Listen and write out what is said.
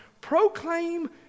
Proclaim